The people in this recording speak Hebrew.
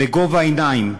בגובה העיניים,